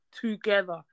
together